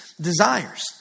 desires